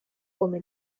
come